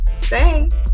thanks